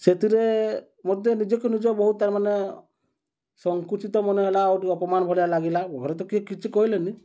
ସେଥିରେ ମୋତେ ନିଜକୁ ନିଜ ବହୁତ ମାନେ ସଂକୁଚିତ ମନେ ହେଲା ଆଉ ଟିକେ ଅପମାନ ଭଳିଆ ଲାଗିଲା ଘରେ ତ କିଏ କିଛି କହିଲେନି